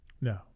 No